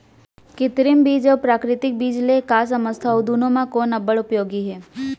कृत्रिम बीज अऊ प्राकृतिक बीज ले का समझथो अऊ दुनो म कोन अब्बड़ उपयोगी हे?